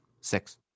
Six